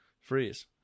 Freeze